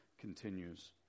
continues